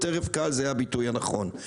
"טרף קל" זה הביטוי הנכון.